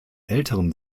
älteren